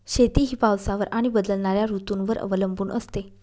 शेती ही पावसावर आणि बदलणाऱ्या ऋतूंवर अवलंबून असते